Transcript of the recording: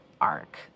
arc